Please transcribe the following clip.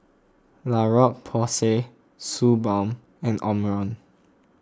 La Roche Porsay Suu Balm and Omron